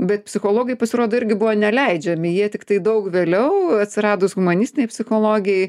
bet psichologai pasirodo irgi buvo neleidžiami jie tiktai daug vėliau atsiradus humanistinei psichologijai